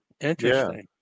Interesting